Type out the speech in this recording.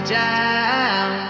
down